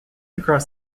across